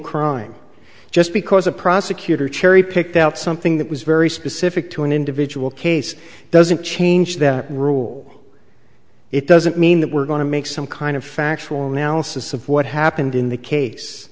crime just because a prosecutor cherry picked out something that was very specific to an individual case doesn't change that rule it doesn't mean that we're going to make some kind of factual analysis of what happened in the